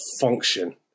function